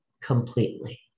completely